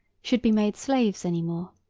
should be made slaves any more.